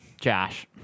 Josh